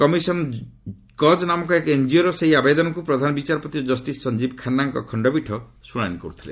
commission cause ନାମକ ଏନ୍ଜିଓର ସେହି ଆବେଦନକୁ ପ୍ରଧାନ ବିଚାରପତି ଓ ଜଷ୍ଟିସ୍ ସଂଜୀବ ଖାନ୍ନାଙ୍କ ଖଣ୍ଡପୀଠ ଶୁଣାଣି କରୁଥିଲେ